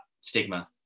stigma